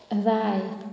राय